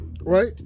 right